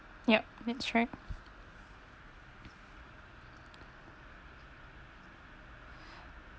yup that's right